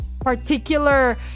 particular